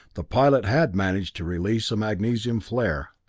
the pilot had managed to release a magnesium flare,